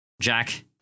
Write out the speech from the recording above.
jack